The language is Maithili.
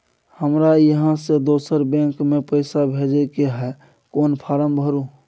हमरा इहाँ से दोसर बैंक में पैसा भेजय के है, कोन फारम भरू?